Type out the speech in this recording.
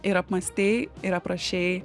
ir apmąstei ir aprašei